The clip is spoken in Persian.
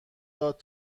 داد